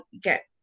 get